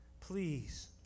please